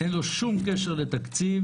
אין לו שום קשר לתקציב,